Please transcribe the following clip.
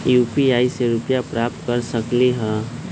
UPI से रुपए प्राप्त कर सकलीहल?